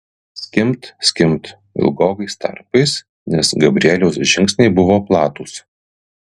skimbt skimbt ilgokais tarpais nes gabrieliaus žingsniai buvo platūs